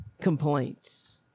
complaints